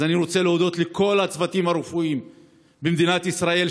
אז אני רוצה להודות לכל הצוותים הרפואיים במדינת ישראל,